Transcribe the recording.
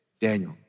Daniel